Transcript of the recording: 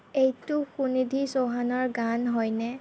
এইটো সুনিধি চৌহানৰ গান হয়নে